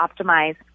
optimize